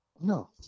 No